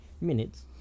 minutes